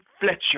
Fletcher